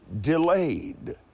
delayed